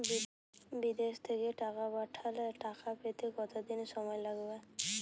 বিদেশ থেকে টাকা পাঠালে টাকা পেতে কদিন সময় লাগবে?